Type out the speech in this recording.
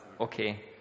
okay